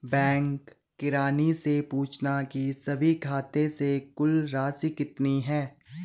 bank किरानी से पूछना की सभी खाते से कुल राशि कितनी है